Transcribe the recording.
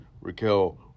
Raquel